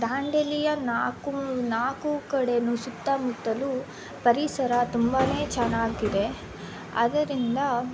ದಾಂಡೇಲಿಯ ನಾಲ್ಕು ಮು ನಾಲ್ಕು ಕಡೆಯೂ ಸುತ್ತಮುತ್ತಲೂ ಪರಿಸರ ತುಂಬಾ ಚೆನ್ನಾಗಿದೆ ಅದರಿಂದ